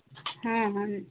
ହୁଁ ହୁଁ